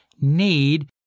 need